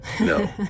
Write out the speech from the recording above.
No